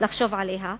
לחשוב עליה,